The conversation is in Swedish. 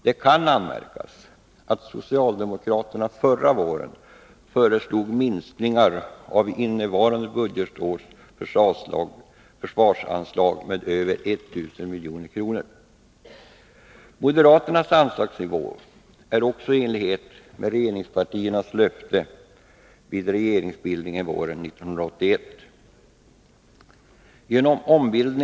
Det kan anmärkas att socialdemokraterna förra våren föreslog minskningar av innevarande budgetårs försvarsanslag med över 1000 milj.kr. Moderaternas anslagsnivå är också i enlighet med regeringspartiernas löfte vid regeringsbildningen våren 1981.